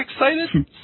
excited